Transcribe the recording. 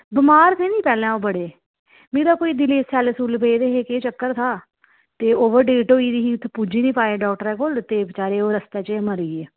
बमार थे नी ओह् पैह्लें बड़े मिगी लगदा दिलै ई कोई सैल्ल सुल्ल पेदे हे केह् चक्कर था ते ओवरडेट होई दी ही ते पुज्जी निं पाए डाक्टरै कोल ते बचारे ओह् रस्ते च गै मरी गे